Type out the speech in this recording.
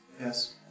Yes